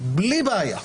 בלי בעיה.